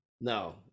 no